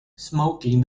smoking